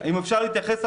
אם אפשר להתייחס,